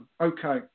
Okay